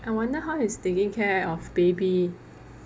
I wonder how he's taking care of baby